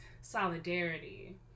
solidarity